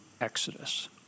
exodus